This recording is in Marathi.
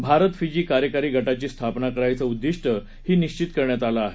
भारत फिजी कार्यकारी गटाची स्थापना करायचं उद्धिष्टही निश्चित करण्यात आलं आहे